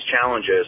challenges